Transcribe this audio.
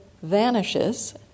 vanishes